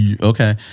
okay